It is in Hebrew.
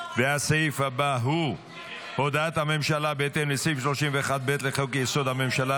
והסעיף הבא הוא הודעת הממשלה בהתאם לסעיף 31(ב) לחוק-יסוד: הממשלה,